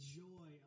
joy